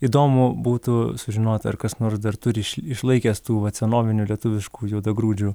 įdomu būtų sužinoti ar kas nors dar turi išlaikęs tų vat senovinių lietuviškų juodagrūdžių